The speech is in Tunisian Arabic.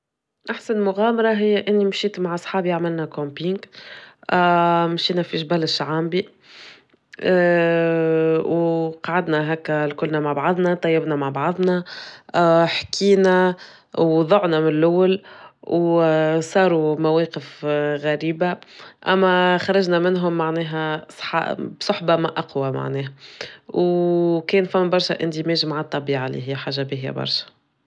أحسن مغامرة هي إني مشيت مع أصحابي عملنا كومبلينك مشينا في جبال الشعانبي وقعدنا هكا الكلنا مع بعضنا طيبنا مع بعضنا حكينا وضعنا من الأول وصاروا مواقف غريبة أما خرجنا منهم معناها صحبة ما أقوى معناها وكان فيهم برشا اندماج مع الطبيعية عليه حاجة باهية برشا.